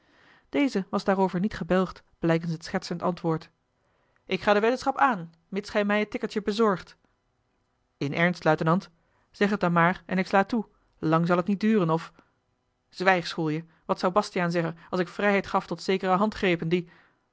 deze was daarover niet gebelgd blijkens het schertsend antwoord ik ga de weddenschap aan mits gij mij het tikkertje bezorgt in ernst luitenant zeg het dan maar en ik sla toe lang zal het niet duren of a l g bosboom-toussaint de delftsche wonderdokter eel wijg schoelje wat zou bastiaan zeggen als ik vrijheid gaf tot zekere handgrepen die